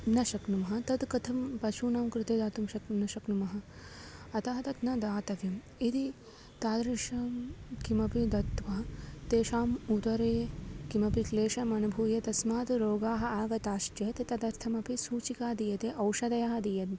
न शक्नुमः तद् कथं पशूनां कृते दातुं शक् नशक्नुमः अतः तद् न दातव्यं यदि तादृशं किमपि दत्वा तेषाम् उदरे कोऽपि क्लेशः अनुभूयते तस्मात् रोगाः आगताश्चेत् तदर्थमपि सूचिका दीयते औषधयः दीयन्ते